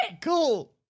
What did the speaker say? Cool